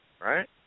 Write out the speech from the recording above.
right